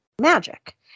magic